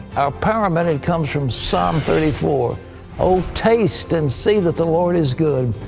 our power minute comes from psalm thirty four o taste and see that the lord is good.